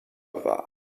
war